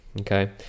Okay